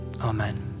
Amen